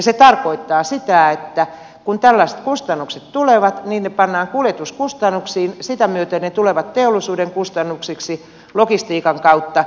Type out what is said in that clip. se tarkoittaa sitä että kun tällaiset kustannukset tulevat niin ne pannaan kuljetuskustannuksiin ja sitä myötä ne tulevat teollisuuden kustannuksiksi logistiikan kautta